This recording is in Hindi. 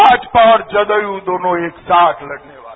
भाजपा और जदयू दोनों एक साथ लड़ेगा